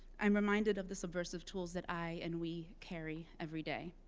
i'm reminded of the subversive tools that i, and we, carry every day,